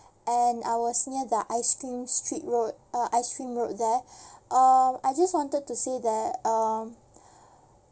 and I was near the ice cream street road uh ice cream road there um I just wanted to say that um